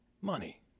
money